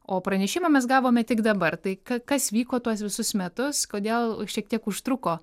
o pranešimą mes gavome tik dabar tai ka kas vyko tuos visus metus kodėl šiek tiek užtruko